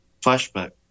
flashback